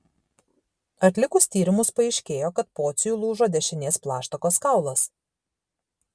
atlikus tyrimus paaiškėjo kad pociui lūžo dešinės plaštakos kaulas